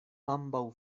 ambaŭ